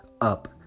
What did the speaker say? up